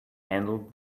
handle